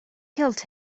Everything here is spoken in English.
killed